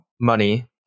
Money